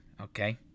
okay